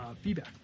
feedback